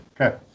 Okay